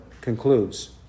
concludes